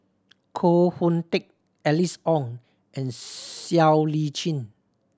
Koh Hoon Teck Alice Ong and Siow Lee Chin